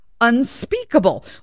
Unspeakable